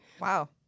Wow